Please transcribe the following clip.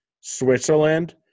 Switzerland